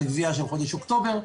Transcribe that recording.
על גבייה של חודש אוקטובר,